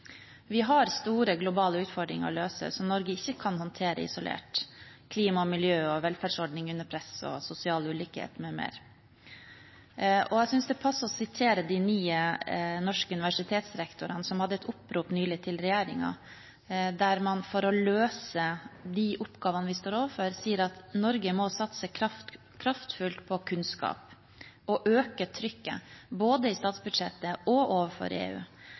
Vi har store globale utfordringer å løse som Norge ikke kan håndtere isolert: klima og miljø, velferdsordninger under press og sosial ulikhet m.m. Jeg synes det passer å sitere de ni norske universitetsrektorene som hadde et opprop nylig til regjeringen, der man for å løse de oppgavene vi står overfor, sier at Norge må «satse kraftfullt på kunnskap» og «øke trykket både i egne budsjetter og overfor EU».